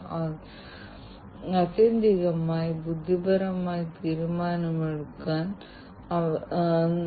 അതിനാൽ മൊത്തത്തിലുള്ള നെറ്റ്വർക്കിൽ ഞങ്ങൾ ചില കേടുപാടുകൾ അവതരിപ്പിക്കാനും വ്യത്യസ്ത തരം ആക്രമണങ്ങൾ സാധ്യമാക്കാനും പുതിയ തരത്തിലുള്ള ആക്രമണങ്ങൾ ആരംഭിക്കാനും സാധ്യതയുണ്ട്